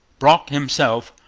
brock himself,